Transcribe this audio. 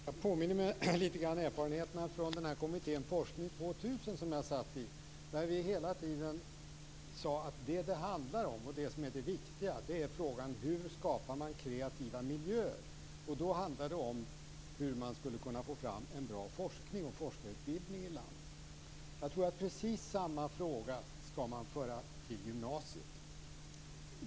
Fru talman! Jag påminner mig lite grann erfarenheterna från kommittén Forskning 2000 som jag var med i. Där sade vi hela tiden att det som är det viktiga är frågan hur man skapar kreativa miljöer. Då handlade det om hur man skulle kunna få fram en bra forskning och forskarutbildning i landet. Precis samma fråga bör föras över till gymnasiet.